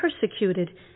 persecuted